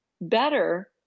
Better